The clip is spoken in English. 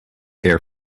air